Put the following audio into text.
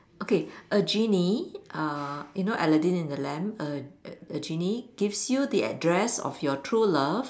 okay a genie uh you know Aladdin and the lamp a a genie gives you the address of your true love